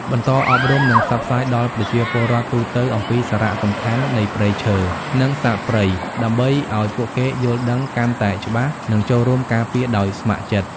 បន្តអប់រំ និងផ្សព្វផ្សាយដល់ប្រជាពលរដ្ឋទូទៅអំពីសារៈសំខាន់នៃព្រៃឈើ និងសត្វព្រៃ ដើម្បីឲ្យពួកគេយល់ដឹងកាន់តែច្បាស់ និងចូលរួមការពារដោយស្ម័គ្រចិត្ត។